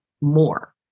more